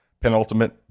Penultimate